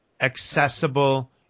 accessible